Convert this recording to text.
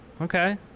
Okay